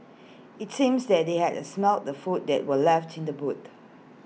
IT seems that they had smelt the food that were left in the boot